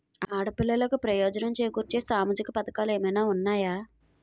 ఆడపిల్లలకు ప్రయోజనం చేకూర్చే సామాజిక పథకాలు ఏమైనా ఉన్నాయా?